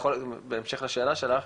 בהמשך לשאלה שלך,